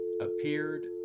appeared